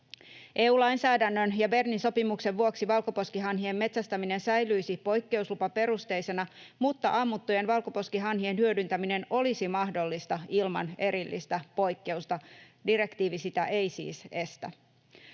EU-lainsäädännön ja Bernin sopimuksen vuoksi valkoposkihanhien metsästäminen säilyisi poikkeuslupaperusteisena, mutta ammuttujen valkoposkihanhien hyödyntäminen olisi mahdollista ilman erillistä poikkeusta. Direktiivi sitä ei siis estä.